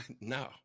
No